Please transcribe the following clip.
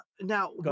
now